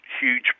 huge